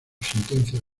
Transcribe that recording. sentencia